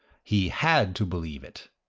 he had to believe it.